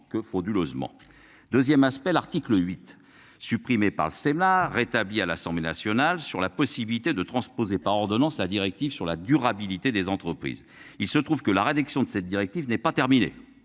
que frauduleusement 2ème aspect l'article 8 supprimé par le Sénat rétablit à l'Assemblée nationale sur la possibilité de transposer par Ordonnance la directive sur la durabilité des entreprises. Il se trouve que la rédaction de cette directive n'est pas terminée.